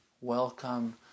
welcome